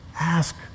Ask